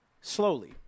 slowly